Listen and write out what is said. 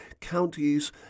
counties